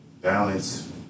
balance